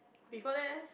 before that eh